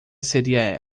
seria